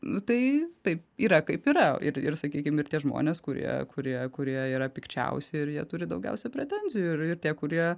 nu tai taip yra kaip yra ir ir sakykim ir tie žmonės kurie kurie kurie yra pikčiausi ir jie turi daugiausia pretenzijų ir tie kurie